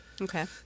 Okay